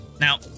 Now